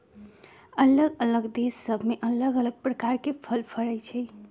अल्लग अल्लग देश सभ में अल्लग अल्लग प्रकार के फल फरइ छइ